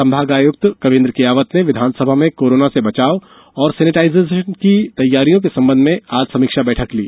संभागायुक्त कवीन्द्र कियावत ने विधानसभा में कोरोना से बचाव और सैनिटाइजेशन की तैयारियों के संबंध में आज समीक्षा बैठक ली